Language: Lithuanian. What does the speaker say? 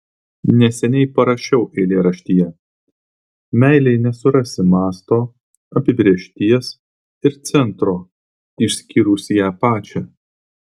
neseniai parašiau eilėraštyje meilei nesurasi masto apibrėžties ir centro išskyrus ją pačią